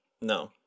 No